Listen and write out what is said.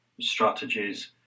strategies